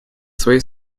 своей